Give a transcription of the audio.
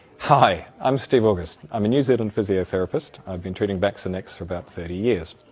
hi i'm steve august. i'm a new zealand physiotherapist, i've been treating backs and necks for about thirty years.